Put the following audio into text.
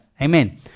Amen